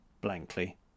blankly